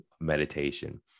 meditation